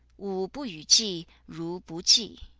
wu bu yu ji, ru bu ji.